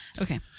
Okay